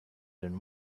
than